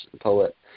poet